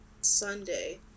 Sunday